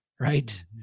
right